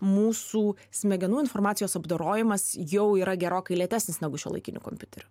mūsų smegenų informacijos apdorojimas jau yra gerokai lėtesnis negu šiuolaikinių kompiuterių